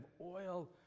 oil